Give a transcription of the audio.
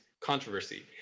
Controversy